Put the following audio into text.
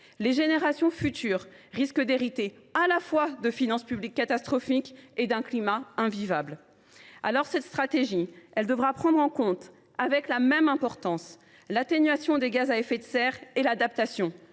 les générations futures risquent d’hériter à la fois de finances publiques catastrophiques et d’un climat invivable. Cette stratégie devra prendre en compte, avec la même importance, l’atténuation des émissions de gaz à effet de serre et l’adaptation.